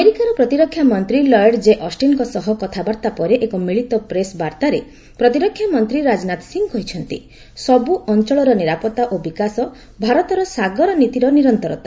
ଆମେରିକାର ପ୍ରତିରକ୍ଷା ମନ୍ତ୍ରୀ ଲୟଡ୍ ଜେ ଅଷ୍ଟିନ୍ଙ୍କ ସହ କଥାବାର୍ତ୍ତା ପରେ ଏକ ମିଳିତ ପ୍ରେସ ବାର୍ତ୍ତାରେ ପ୍ତିରକ୍ଷା ମନ୍ତ୍ରୀ ରାଜନାଥ ସିଂ କହିଛନ୍ତି ସବୁ ଅଞ୍ଚଳର ନିରାପତ୍ତା ଓ ବିକାଶ ଭାରତର ସାଗର ନୀତିର ନିରନ୍ତରତା